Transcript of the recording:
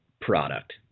product